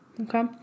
okay